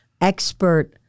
expert